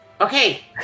Okay